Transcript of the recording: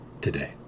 Today